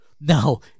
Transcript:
No